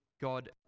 God